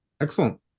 excellent